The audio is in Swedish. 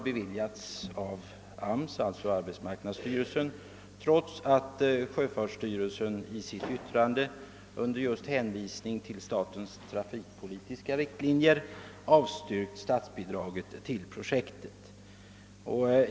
Dessa medel har beviljats av arbetsmarknadsstyrelsen trots att sjöfartsstyrelsen under hänvisning till statens trafikpolitiska riktlinjer avstyrkt statsbidraget till projektet.